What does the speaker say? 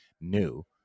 new